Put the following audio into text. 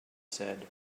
said